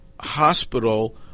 Hospital